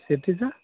शेतीचा